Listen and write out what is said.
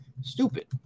stupid